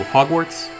Hogwarts